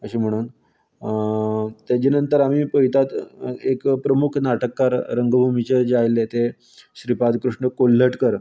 अशें म्हणोन तेजे नंतर आमी पळयतात एक प्रमुख नाटककार रंगभुमीचेर जे आयले ते श्रीपाद कृश्ण कोल्लटकर